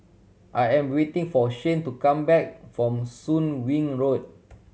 I am waiting for Shane to come back from Soon Wing Road